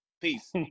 Peace